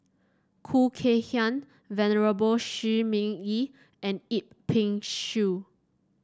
Khoo Kay Hian Venerable Shi Ming Yi and Yip Pin Xiu